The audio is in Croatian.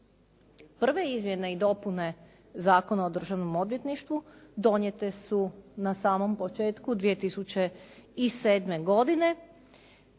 Prve izmjene i dopuna Zakona o državnom odvjetništvu donijete su na samom počeku 2007. godine